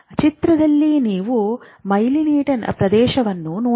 ಚಿತ್ರದಲ್ಲಿ ನೀವು ಮೈಲೀನೇಟೆಡ್ ಪ್ರದೇಶವನ್ನು ನೋಡಬಹುದು